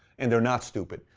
and they're not stupid.